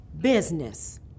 business